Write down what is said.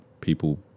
people